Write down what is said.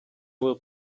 will